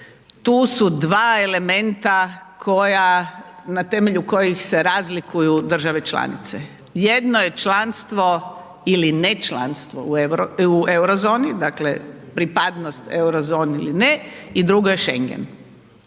tu su dva elementa koja, na temelju kojih se razlikuju države članice, jedno je članstvo ili ne članstvo u Eurozoni, dakle pripadnost Eurozoni ili ne i drugo je Schengen,